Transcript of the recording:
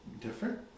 different